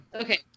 Okay